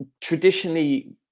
Traditionally